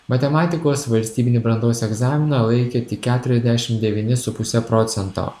matematikos valstybinį brandos egzaminą laikė tik keturiasdešimt devyni su puse procento